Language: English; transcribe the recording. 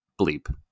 bleep